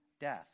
death